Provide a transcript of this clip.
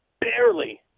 barely